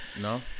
No